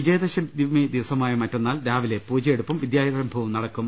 വിജയദശമി ദിവസമായ മറ്റന്നാൾ രാവിലെ പൂജയെടുപ്പും വിദ്യാ രംഭവും നടക്കും